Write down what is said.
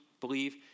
believe